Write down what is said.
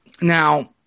Now